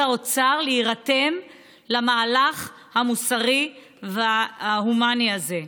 האוצר להירתם למהלך המוסרי וההומני הזה.